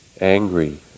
angry